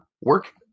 work